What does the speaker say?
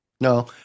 No